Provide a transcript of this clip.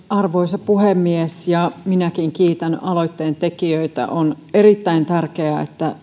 arvoisa puhemies minäkin kiitän aloitteen tekijöitä on erittäin tärkeää että